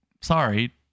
Sorry